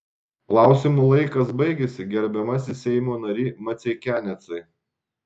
klausimų laikas baigėsi gerbiamasis seimo nary maceikianecai